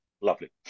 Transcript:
lovely